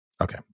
Okay